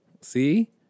See